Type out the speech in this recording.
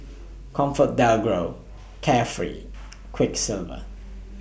ComfortDelGro Carefree Quiksilver